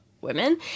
women